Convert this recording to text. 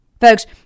folks